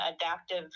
adaptive